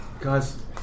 Guys